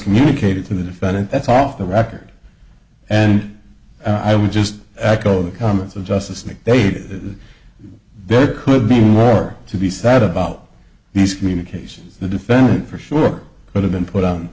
communicated to the defendant that's off the record and i would just echo the comments of justice nick they say that there could be more to be sad about these communications the defendant for sure could have been put on